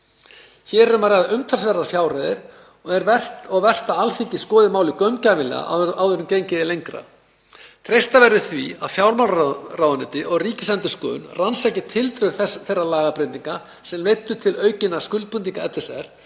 Hér er um að ræða umtalsverðar fjárhæðir og vert að Alþingi skoði málið gaumgæfilega áður en gengið er lengra. Treysta verður því að fjármálaráðuneyti og Ríkisendurskoðun rannsaki tildrög þeirra lagabreytinga sem leiddu til aukinna skuldbindinga LSR